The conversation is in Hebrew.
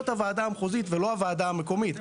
הוועדה המחוזית ולא הוועדה המקומית.